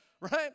right